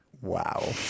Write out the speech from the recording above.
Wow